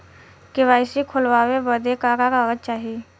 KYC खोलवावे बदे का का कागज चाही?